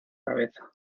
cabeza